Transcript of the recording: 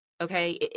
okay